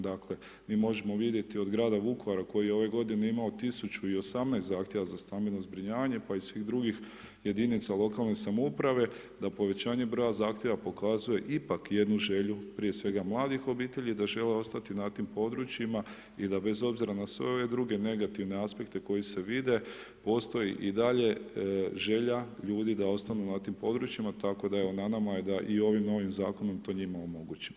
Dakle, mi možemo vidjeti od grada Vukovara koji je ove godine imao 1018 zahtjeva za stambeno zbrinjavanje, pa i svih drugih jedinica lokalne samouprave da povećanje broja zahtjeva pokazuje ipak jednu želju, prije svega, mladih obitelji da žele ostati na tim područjima i da bez obzira na sve ove druge negativne aspekte koji se vide, postoji i dalje želja ljudi da ostanu na tim područjima, tako da evo, na nama je da i ovim novim Zakonom to njima omogućimo.